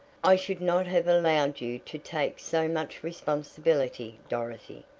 i should not have allowed you to take so much responsibility, dorothy.